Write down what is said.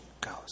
goes